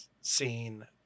scene